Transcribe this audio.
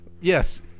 Yes